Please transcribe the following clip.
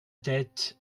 tête